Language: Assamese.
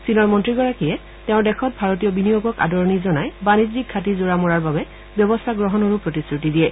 চীনৰ মন্ত্ৰীগৰাকীয়ে তেওঁৰ দেশত ভাৰতীয় বিনিয়োগক আদৰণি জনাই বাণিজ্যিক ঘাটি জোৰা মৰাৰ বাবে ব্যৱস্থা গ্ৰহণ কৰিব বুলি প্ৰতিশ্ৰুতি দিয়ে